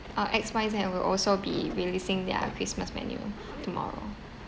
uh X Y Z will also be releasing their christmas menu tomorrow